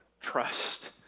trust